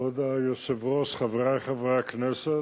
כבוד היושב-ראש, חברי חברי הכנסת,